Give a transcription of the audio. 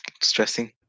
stressing